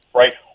right